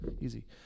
easy